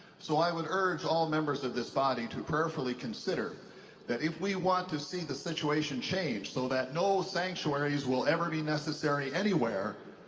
so i would urge all members of this body to prayerfully consider that if we want to see the situation changed so that no sanctuaries will ever be necessary anywhere,